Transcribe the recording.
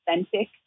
authentic